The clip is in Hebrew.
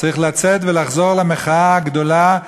צריך לצאת ולחזור למחאה הגדולה,